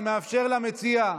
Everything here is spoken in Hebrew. אני מאפשר למציעים,